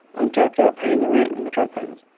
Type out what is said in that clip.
i'm tapped out paying the rent and my truck payments.